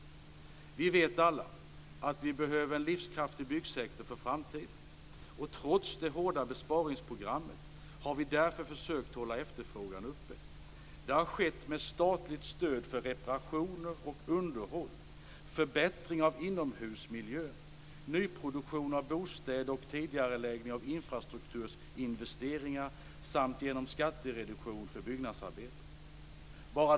Vi vet alla att vi behöver en livskraftig byggsektor för framtiden. Trots det hårda besparingsprogrammet har vi därför försökt hålla efterfrågan uppe. Det har skett med statligt stöd för reparationer och underhåll, förbättringar av inomhusmiljön, nyproduktion av bostäder och tidigareläggning av infrastrukturinvesteringar samt genom skattereduktion för byggnadsarbeten.